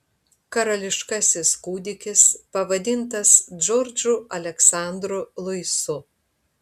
karališkasis kūdikis pavadintas džordžu aleksandru luisu